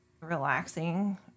relaxing